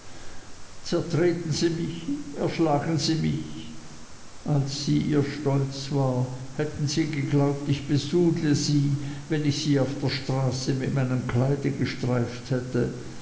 zertreten sie mich erschlagen sie mich als sie ihr stolz war hätten sie geglaubt ich besudle sie wenn ich sie auf der straße mit meinem kleide gestreift hätte